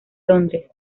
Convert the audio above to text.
londres